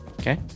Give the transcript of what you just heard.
Okay